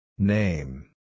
Name